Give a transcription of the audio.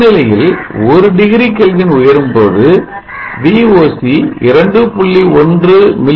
வெப்பநிலையில் ஒரு degree kelvin உயரும்போது Voc 2